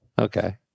Okay